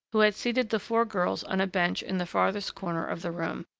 who had seated the four girls on a bench in the farthest corner of the room,